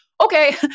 okay